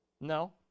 no